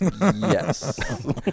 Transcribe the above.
Yes